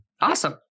Awesome